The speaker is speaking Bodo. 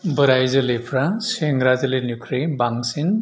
बोराइ जोलैफ्रा सेंग्रा जोलैनिख्रुइ बांसिन